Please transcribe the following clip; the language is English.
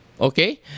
okay